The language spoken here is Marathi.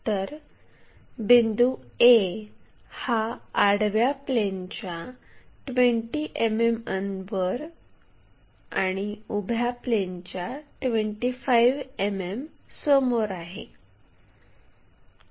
तर बिंदू A हा आडव्या प्लेनच्या 20 मिमी वर आणि उभ्या प्लेनच्या 25 मिमी समोर आहे